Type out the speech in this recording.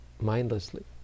mindlessly